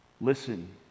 listen